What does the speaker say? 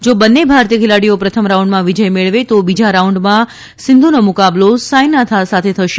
જો બન્ને ભારતીય ખેલાડીઓ પ્રથમ રાઉન્ડમાં વિજય મેળવે તો બીજા રાઉન્ડમાં સીંધુ નો મુકાબલો સાયના સાથે થશે